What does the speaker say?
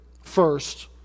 First